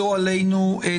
לא עלינו,